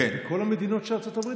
כל המדינות של ארצות הברית,